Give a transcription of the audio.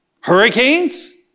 hurricanes